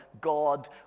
God